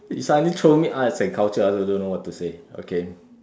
you suddenly throw me arts and culture I also don't know what to say okay